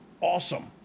Awesome